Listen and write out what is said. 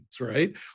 right